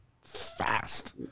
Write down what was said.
fast